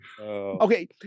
Okay